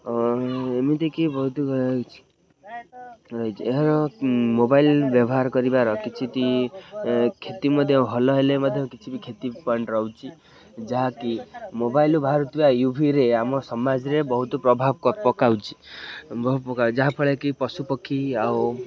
ଏମିତିକି ବହୁତ ଏହାର ମୋବାଇଲ୍ ବ୍ୟବହାର କରିବାର କିଛିଟି କ୍ଷତି ମଧ୍ୟ ଭଲ ହେଲେ ମଧ୍ୟ କିଛି କ୍ଷତି ପଏଣ୍ଟ ରହୁଛି ଯାହାକି ମୋବାଇଲ୍ ବାହାରୁଥିବା ୟୁଭିରେ ଆମ ସମାଜରେ ବହୁତ ପ୍ରଭାବ ପକାଉଛି ଯାହାଫଳରେ କି ପଶୁପକ୍ଷୀ ଆଉ